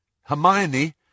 Hermione